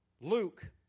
Luke